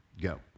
go